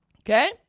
Okay